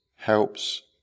helps